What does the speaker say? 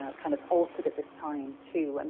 ah kind of altered at this time, too. and